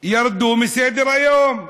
ירדו מסדר-היום.